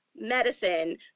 medicine